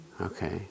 Okay